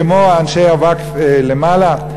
כמו אנשי הווקף למעלה?